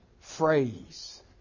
phrase